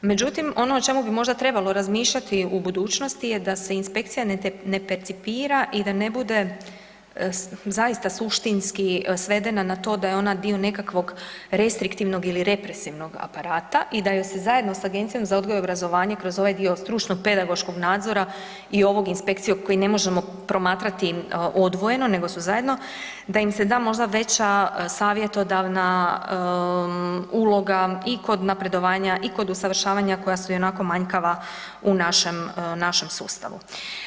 Međutim ono o čemu bi možda trebalo razmišljati u budućnosti da se inspekcija ne percipira i da ne bude zaista suštinski svedena na to da je ona dio nekakvog restriktivnog ili represivnog aparata i da joj se zajedno sa Agencijom za odgoj i obrazovanje kroz ovaj dio stručno pedagoškog nadzora i ovog inspekcija kojeg ne možemo promatrati odvojeno nego su zajedno da im se da možda veća savjetodavna uloga i kod napredovanja i kod usavršavanja koja su ionako manjkava u našem, našem sustavu.